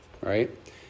right